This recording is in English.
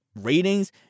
ratings